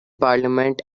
parliament